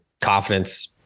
confidence